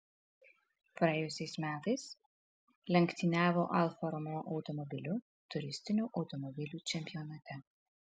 praėjusiais metais lenktyniavo alfa romeo automobiliu turistinių automobilių čempionate